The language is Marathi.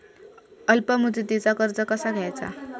अल्प मुदतीचा कर्ज कसा घ्यायचा?